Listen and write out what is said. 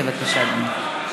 בבקשה, אדוני.